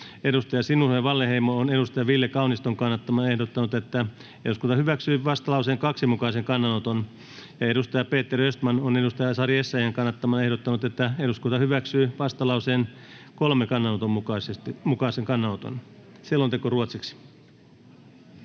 Sinuhe Wallinheimo Ville Kauniston kannattamana ehdottanut, että eduskunta hyväksyy vastalauseen 2 mukaisen kannanoton, ja Peter Östman Sari Essayahin kannattamana ehdottanut, että eduskunta hyväksyy vastalauseen 3 mukaisen kannanoton. [Speech 2]